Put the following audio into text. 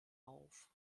auf